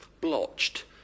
blotched